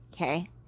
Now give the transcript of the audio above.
okay